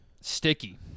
Sticky